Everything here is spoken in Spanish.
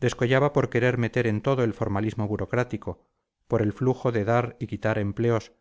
descollaba por querer meter en todo el formalismo burocrático por el flujo de dar y quitar empleos